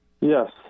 Yes